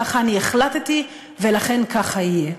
ככה אני החלטתי ולכן ככה יהיה.